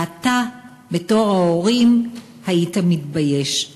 ואתה, בתור ההורים, היית מתבייש.